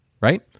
right